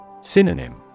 Synonym